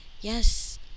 yes